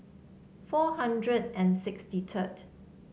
four hundred and sixty third